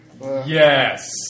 yes